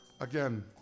again